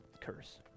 curse